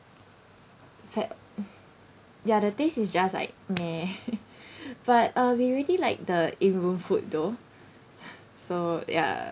fa~ ya the taste is just like meh but uh we already like the in room food though so ya